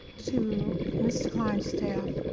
to mr. klein's staff,